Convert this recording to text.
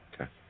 Okay